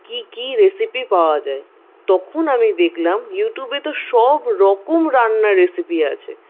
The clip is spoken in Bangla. কি কি রেসিপি পাওয়া যায় তখন আমি দেখলাম ইউটিউবে তো সবরকম রান্নার রেসিপি আছে